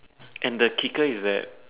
and the kicker is that